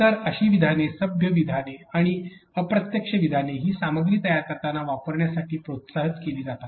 तर अशी विधाने सभ्य विधाने आणि अप्रत्यक्ष विधाने ही सामग्री तयार करताना वापरण्यासाठी प्रोत्साहित केली जातात